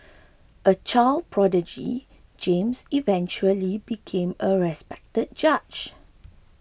a child prodigy James eventually became a respected judge